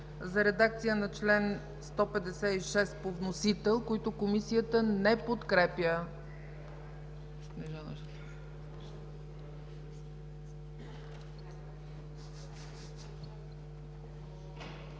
за редакция на чл. 156 по вносител, които Комисията не подкрепя.